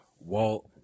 Walt